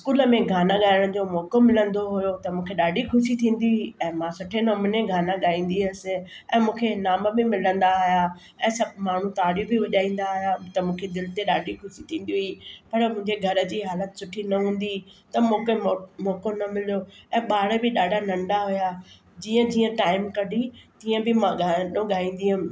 school में गाना ॻाइण जो मौक़ो मिलंदो हुओ त मूंखे ॾाढी ख़ुशी थींदी हुई ऐं मां सुठे नमूने गाना ॻाईंदी हुअसि ऐं मूंखे इनाम बि मिलंदा हुआ ऐं सभु माण्हुनि ताड़ियूं बि वॼाईंदा हुआ त मूंखे दिलि ते ॾाढी ख़ुशी थींदी हुई पर मुंहिंजे घर जी हालति सुठी न हूंदी त मूंखे मौ मौक़ो न मिलियो ऐं ॿार बि ॾाढा नंढा हुआ जीअं जीअं टाइम कढी जीअं बि मां गानो ॻाईंदी हुअमि